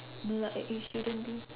no lah it it shouldn't be